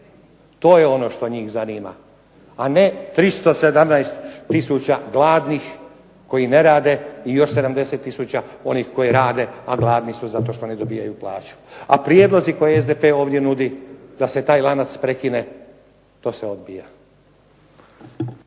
To je ono što njih zanima, a ne 317 tisuća gladnih, koji ne rade i još 70 tisuća onih koji rade a gladni su zato što ne dobijaju plaću. A prijedlozi koje SDP ovdje nudi da se taj lanac prekine, to se odbija.